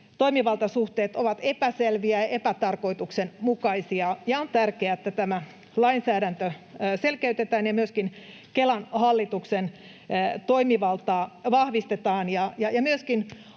toimivaltasuhteet ovat epäselviä ja epätarkoituksenmukaisia. On tärkeää, että tämä lainsäädäntö selkeytetään ja myöskin Kelan hallituksen toimivaltaa vahvistetaan